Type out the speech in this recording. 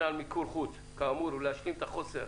על מיקור חוץ כאמור ולהשלים את החוסר